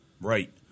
right